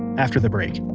after the break